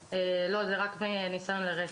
לא, זה רק ניסיון לרצח.